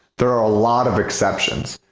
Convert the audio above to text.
there are a lot of exceptions,